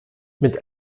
mit